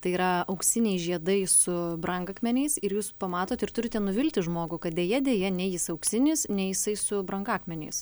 tai yra auksiniai žiedai su brangakmeniais ir jūs pamatot ir turite nuvilti žmogų kad deja deja nei jis auksinis nei su brangakmeniais